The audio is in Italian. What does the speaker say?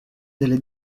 delle